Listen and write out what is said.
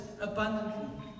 abundantly